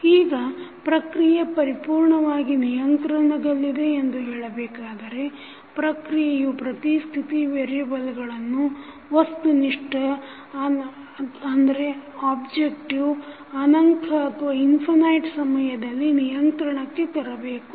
ಈಗ ಪ್ರಕ್ರಿಯೆ ಪರಿಪೂರ್ಣವಾಗಿ ನಿಯಂತ್ರಣದಲ್ಲಿದೆ ಎಂದು ಹೇಳಬೇಕಾದರೆ ಪ್ರಕ್ರಿಯೆಯ ಪ್ರತಿ ಸ್ಥಿತಿ ವೇರಿಯಬಲ್ಗಳನ್ನು ವಸ್ತುನಿಷ್ಠ objective ಅನಂತ ಸಮಯದಲ್ಲಿ ನಿಯಂತ್ರಣಕ್ಕೆ ತರಬೇಕು